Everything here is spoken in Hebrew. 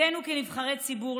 כנבחרי ציבור,